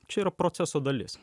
čia yra proceso dalis